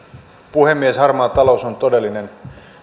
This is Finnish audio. puhemies harmaa talous on todellinen